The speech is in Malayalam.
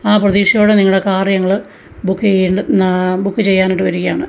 ആ പ്രതീക്ഷയോടെ നിങ്ങളുടെ കാറ് ഞങ്ങൾ ബുക്ക് ബുക്ക് ചെയ്യാനായിട്ട് വരികയാണ്